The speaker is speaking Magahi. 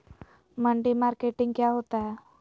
मंडी मार्केटिंग क्या होता है?